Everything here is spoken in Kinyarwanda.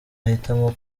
ahitamo